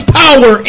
power